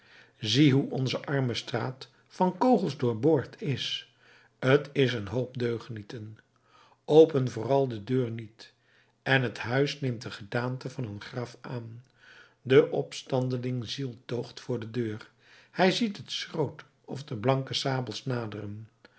zie hoe onze arme straat van kogels doorboord is t is een hoop deugnieten open vooral de deur niet en het huis neemt de gedaante van een graf aan de opstandeling zieltoogt voor de deur hij ziet het schroot of de blanke sabels naderen